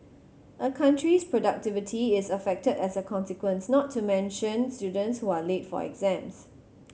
a country's productivity is affected as a consequence not to mention students who are late for exams